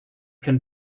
can